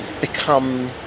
become